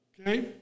okay